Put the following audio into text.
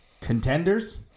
contenders